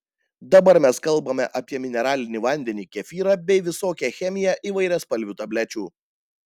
dabar mes kalbame apie mineralinį vandenį kefyrą bei visokią chemiją įvairiaspalvių tablečių